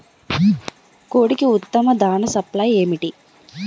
కోడికి ఉత్తమ దాణ సప్లై ఏమిటి?